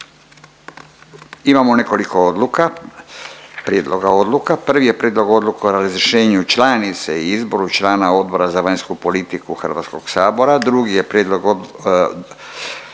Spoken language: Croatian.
Imamo nekoliko odluka, prijedloga odluka, prvi je Prijedlog odluke o razrješenju članice i izboru člana Odbora za vanjsku politiku HS-a, drugi je Prijedlog odluke